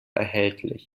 erhältlich